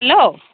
hello